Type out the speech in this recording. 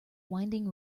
winding